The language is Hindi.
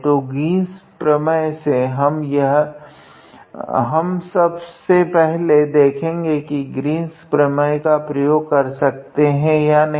तो ग्रीन्स प्रमेय से हम सब से पहले देखेगे की हम ग्रीन्स प्रमेय का प्रयोग कर सकते है या नहीं